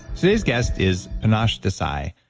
today's guest is panache desai.